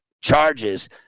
charges